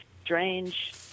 strange